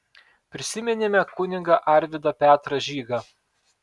prisiminėme kunigą arvydą petrą žygą